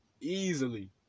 easily